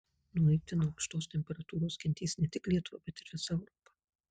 nuo itin aukštos temperatūros kentės ne tik lietuva bet ir visa europa